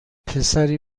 پسری